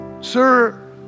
Sir